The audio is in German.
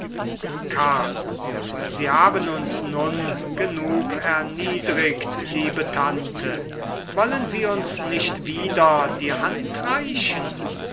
karl sie haben uns nun genug erniedrigt liebe tante wollen sie uns nicht wieder die hand reichen